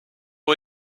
ont